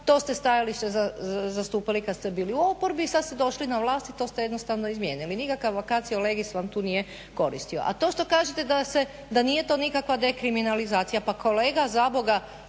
To ste stajalište zastupali kad ste bili u oporbi. Sad ste došli na vlast i to ste jednostavno izmijenili. Nikakav vacatio legis vam tu nije koristio. A to što kažete da nije to nikakva dekriminalizacija. Pa kolega za boga